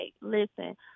listen